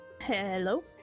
Hello